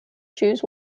shoes